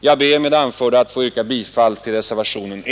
Jag ber med det anförda att få yrka bifall till reservationen E.